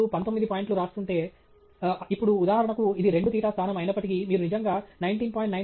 మీరు పంతొమ్మిది పాయింట్లు వ్రాస్తుంటే ఇప్పుడు ఉదాహరణకు ఇది రెండు తీటా స్థానం అయినప్పటికీ మీరు నిజంగా 19